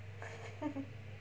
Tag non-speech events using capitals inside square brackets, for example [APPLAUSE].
[LAUGHS]